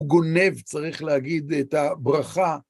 גונב, צריך להגיד, את הברכה.